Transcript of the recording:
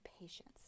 patience